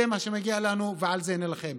זה מה שמגיע לנו ועל זה נילחם.